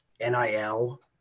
NIL